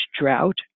drought